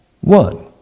one